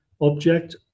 object